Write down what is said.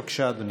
בבקשה, אדוני.